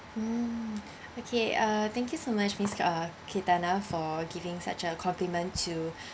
mm okay uh thank you so much miss uh chatana for giving such a complement to